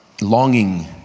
longing